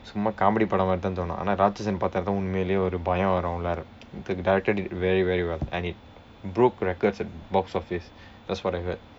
சும்மா:summaa comedy படம் மாதிரி தான் தோணும் ஆனால் ராட்சசன் பார்த்தால் உண்மையில ஒரு பயம் வரும்:padam maathiri thaan thoonum aanaal ratchasan paarththaal unmaiyilla oru payam varum eh the director did very very well and it broke records at box office that's what I heard